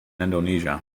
indonesia